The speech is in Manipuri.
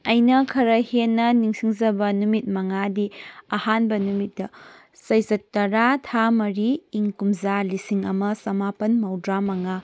ꯑꯩꯅ ꯈꯔ ꯍꯦꯟꯅ ꯅꯤꯡꯁꯤꯡꯖꯕ ꯅꯨꯃꯤꯠ ꯃꯉꯥꯗꯤ ꯑꯍꯥꯟꯕ ꯅꯨꯃꯤꯠꯇ ꯆꯩꯆꯠ ꯇꯔꯥ ꯊꯥ ꯃꯔꯤ ꯏꯪ ꯀꯨꯝꯖꯥ ꯂꯤꯁꯤꯡ ꯑꯃ ꯆꯃꯥꯄꯟ ꯃꯧꯗ꯭ꯔꯥꯃꯉꯥ